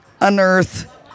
unearth